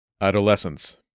Adolescence